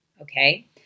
okay